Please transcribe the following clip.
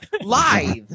live